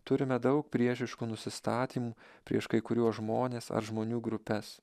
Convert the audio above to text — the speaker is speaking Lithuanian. turime daug priešiškų nusistatymų prieš kai kuriuos žmones ar žmonių grupes